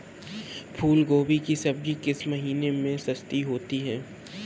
फूल गोभी की सब्जी किस महीने में सस्ती होती है?